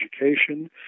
education